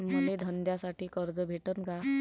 मले धंद्यासाठी कर्ज भेटन का?